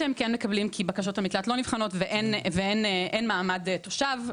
מקבלים כי בקשות המקלט לא נבחנות ואין מעמד תושב,